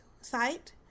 site